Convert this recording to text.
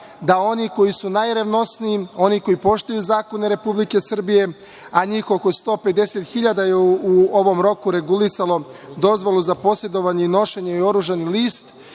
da oni koji su najrevnosniji, oni koji poštuju zakone Republike Srbije, a njih oko 150.000 je u ovom roku regulisalo dozvolu za posedovanje i nošenje i oružani list,